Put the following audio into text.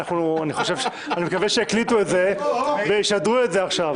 אני מקווה שהקליטו את זה וישדרו את זה עכשיו.